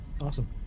awesome